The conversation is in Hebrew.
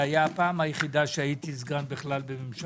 זה היה פעם יחידה שהייתי סגן בממשלה,